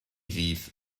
ddydd